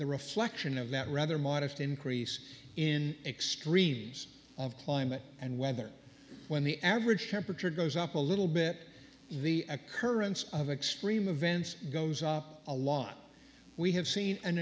the reflection of that rather modest increase in extremes of climate and weather when the average temperature goes up a little bit the occurrence of extreme events goes a lot we have seen an